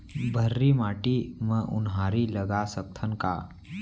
भर्री माटी म उनहारी लगा सकथन का?